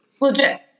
Legit